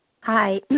Hi